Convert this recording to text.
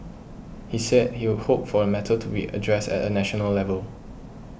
he said he would hoped for the matter to be addressed at a national level